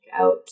out